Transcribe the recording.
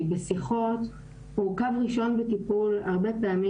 בשיחות הוא קו ראשון בטיפול הרבה פעמים.